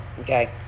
Okay